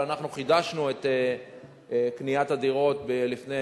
אבל אנחנו חידשנו את קניית הדירות לפני